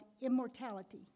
immortality